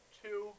two